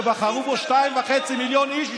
שבחרו בו 2.5 מיליון איש.